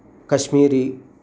Kashmiri